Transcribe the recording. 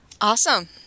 Awesome